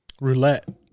roulette